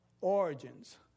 Origins